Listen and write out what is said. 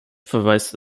verweist